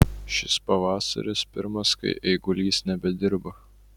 šis pavasaris pirmas kai eigulys nebedirba